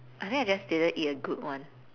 I think I just didn't eat a good one